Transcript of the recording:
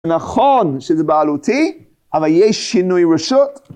נכון שזה בעלותי, אבל יש שינוי רשות.